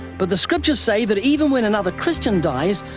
but the scriptures say that even when another christian dies,